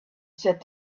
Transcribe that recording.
said